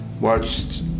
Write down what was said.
watched